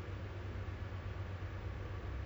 you doing events under